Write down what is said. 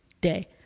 day